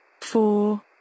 Four